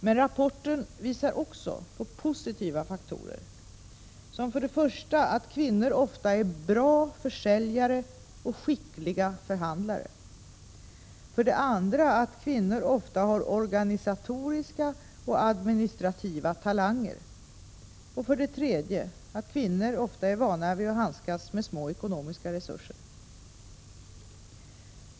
Men rapporten visar också på positiva faktorer som — att kvinnor ofta är bra försäljare och skickliga förhandlare, — att kvinnor ofta har organisatoriska och administrativa talanger och — att kvinnor ofta är vana att handskas med små ekonomiska resurser.